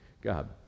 God